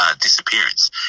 disappearance